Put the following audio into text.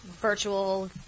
Virtual